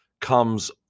comes